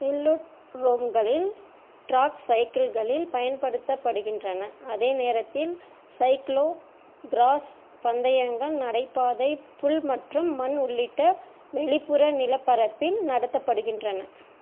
வேல்லுட் ரோம்களில் டிராக் சைக்கிள்களில் பயன்படுத்தப்படுகின்றன அதே நேரத்தில் சைக்ளோ கிராஸ் பந்தயங்கள் நடைபாதை புல் மற்றும் மண் உள்ளிட்ட வெளிப்புற நிலப்பரப்பில் நடத்தப்படுக்கின்றன